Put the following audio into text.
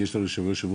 כי יש לנו שם יושב-ראש,